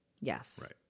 Yes